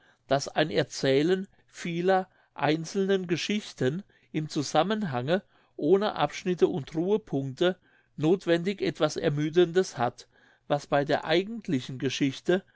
daß ein erzählen vieler einzelnen geschichten im zusammenhange ohne abschnitte und ruhepunkte nothwendig etwas ermüdendes hat was bei der eigentlichen geschichte